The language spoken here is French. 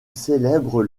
célèbre